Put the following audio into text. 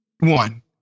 one